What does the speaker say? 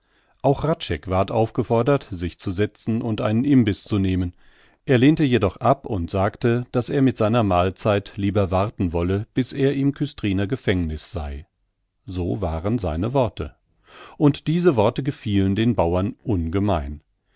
auch hradscheck ward aufgefordert sich zu setzen und einen imbiß zu nehmen er lehnte jedoch ab und sagte daß er mit seiner mahlzeit lieber warten wolle bis er im küstriner gefängniß sei so waren seine worte und diese worte gefielen den bauern ungemein